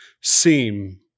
seem